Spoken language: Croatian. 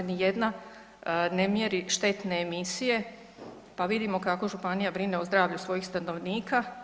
Ni jedna ne mjeri štetne emisije, pa vidimo kako županija brine o zdravlju svojih stanovnika.